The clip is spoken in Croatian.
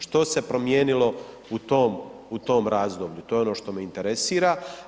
Što se promijenilo u tom razdoblju, to je ono što me interesira?